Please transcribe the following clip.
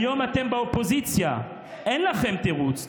היום אתם באופוזיציה, אין לכם תירוץ.